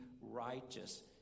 righteous